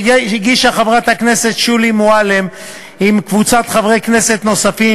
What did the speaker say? קריאה שנייה וקריאה שלישית.